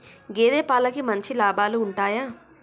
గేదే పాలకి మంచి లాభాలు ఉంటయా?